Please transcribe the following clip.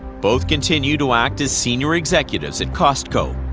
both continue to act as senior executives at costco.